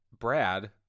Brad